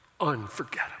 unforgettable